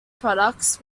products